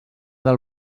del